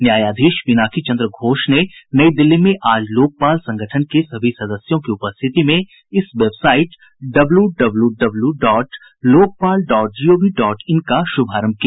न्यायाधीश पिनाकी चन्द्र घोष ने नई दिल्ली में आज लोकपाल संगठन के सभी सदस्यों की उपस्थिति में इस website W W W dot lokpal dot gov dot in का शुभारम्भ किया